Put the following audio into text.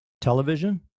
television